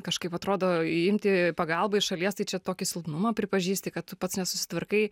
kažkaip atrodo imti pagalbą iš šalies tai čia tokį silpnumą pripažįsti kad tu pats nesusitvarkai